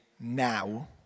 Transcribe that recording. now